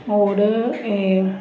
ਔਰ ਏ